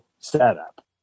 setup